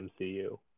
MCU